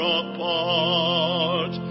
apart